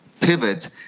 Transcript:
pivot